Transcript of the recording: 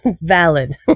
Valid